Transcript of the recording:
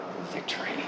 victory